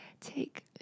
take